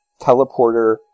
Teleporter